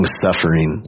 suffering